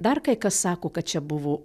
dar kai kas sako kad čia buvo